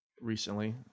recently